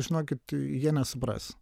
žinokit jie nesupras